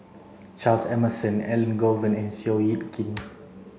Charles Emmerson Elangovan and Seow Yit Kin